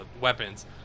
weapons